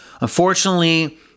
Unfortunately